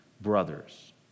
brothers